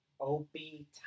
Opie